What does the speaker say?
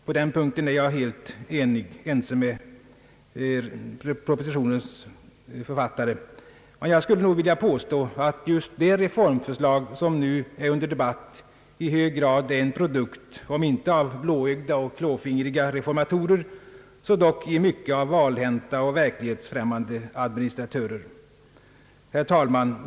På den punkten är jag helt ense med propositionens författare, men jag skulle nog vilja påstå att just det reformförslag som nu är under debatt i hög grad är en produkt om inte av blåögda och klåfingriga reformatorer så dock av valhänta och verklighetsfrämmande administratörer. Herr talman!